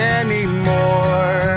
anymore